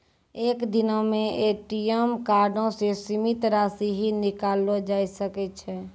एक दिनो मे ए.टी.एम कार्डो से सीमित राशि ही निकाललो जाय सकै छै